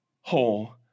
whole